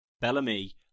Bellamy